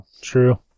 True